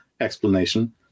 explanation